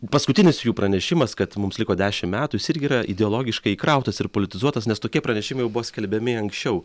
paskutinis jų pranešimas kad mums liko dešim metų jis irgi yra ideologiškai įkrautas ir politizuotas nes tokie pranešimai jau buvo skelbiami anksčiau